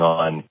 on